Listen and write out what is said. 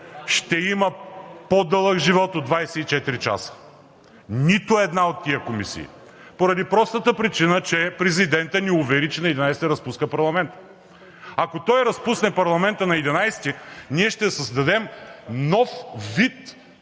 ще има по-дълъг живот от 24 часа! Нито една от тези комисии! Поради простата причина, че президентът ни увери, че на 11-и разпуска парламента. Ако той разпусне парламента на 11-и, ние ще създадем нов вид